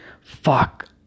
Fuck